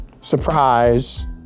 surprise